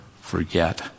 forget